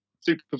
Super